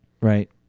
Right